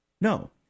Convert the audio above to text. No